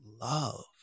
love